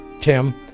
Tim